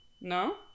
no